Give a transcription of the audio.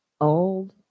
old